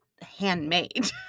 Handmade